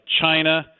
China